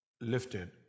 lifted